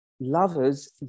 lovers